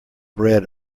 bread